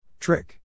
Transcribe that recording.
Trick